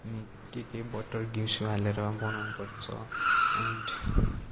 अनि के के बटर घिउ सिउ हालेर बनाउनु पर्छ एन्ड